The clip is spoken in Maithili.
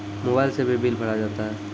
मोबाइल से भी बिल भरा जाता हैं?